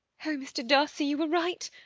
oh, mr. darcy, you were right.